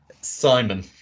Simon